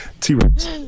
T-Rex